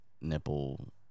nipple